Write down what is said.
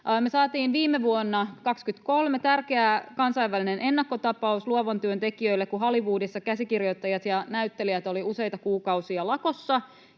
Me saatiin viime vuonna, 2023, tärkeä kansainvälinen ennakkotapaus luovan työn tekijöille, kun Hollywoodissa käsikirjoittajat ja näyttelijät olivat useita kuukausia lakossa,